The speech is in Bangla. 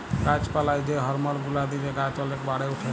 গাছ পালায় যে হরমল গুলা দিলে গাছ ওলেক বাড়ে উঠে